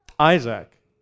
Isaac